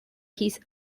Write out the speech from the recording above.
his